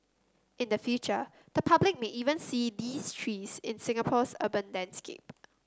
in the future the public may even see these trees in Singapore's urban landscape